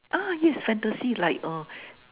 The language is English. ah yes fantasy like uh